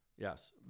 Yes